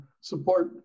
support